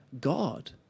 God